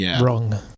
wrong